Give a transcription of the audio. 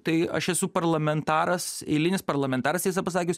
tai aš esu parlamentaras eilinis parlamentaras tiesą pasakius